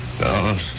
No